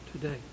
today